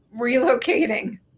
relocating